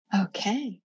Okay